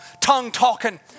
tongue-talking